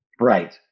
Right